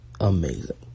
amazing